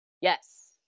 yes